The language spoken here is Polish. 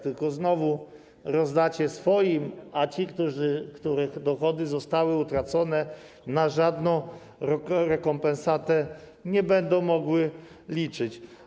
Tylko znowu rozdacie swoim, a ci, których dochody zostały utracone, na żadną rekompensatę nie będą mogli liczyć.